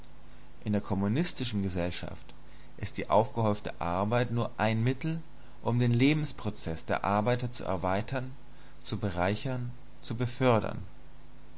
in der kommunistischen gesellschaft ist die aufgehäufte arbeit nur ein mittel um den lebensprozeß der arbeiter zu erweitern zu bereichern zu befördern